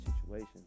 situation